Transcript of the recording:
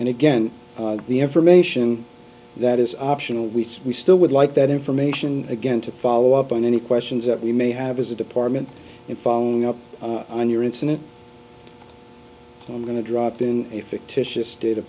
and again the information that is optional we we still would like that information again to follow up on any questions that we may have as a department in following up on your incident i'm going to drop in a fictitious d